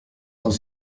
dans